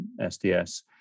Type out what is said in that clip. SDS